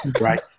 right